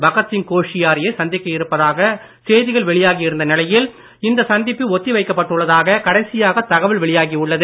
பகத் சிங் கோஷ்யாரியை சந்திக்க இருப்பதாக செய்திகள் வெளியாகி இருந்த நிலையில் இந்த சந்திப்பு ஒத்தி வைக்கப்பட்டுள்ளதாக கடைசியாக தகவல் வெளியாகி உள்ளது